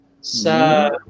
sa